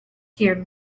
here